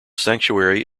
sanctuary